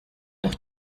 doch